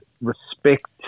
respect